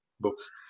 books